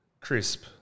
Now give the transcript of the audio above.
Crisp